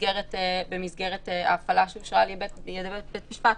במסגרת ההפעלה שאושרה על-ידי בית משפט,